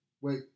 Wait